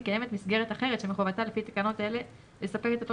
כי קיימת מסגרת אחרת שמחובתה לפי תקנות אלה לספק את אותו